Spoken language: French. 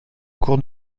cours